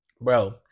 Bro